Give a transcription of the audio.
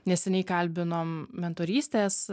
neseniai kalbinom mentorystės